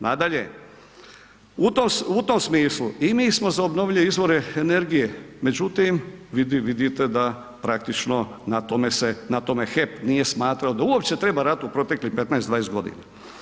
Nadalje, u tom smislu i mi smo za obnovljive izvore energije, međutim, vidite da praktično na tome HEP nije smatrao da uopće treba raditi u proteklih 15, 20 godina.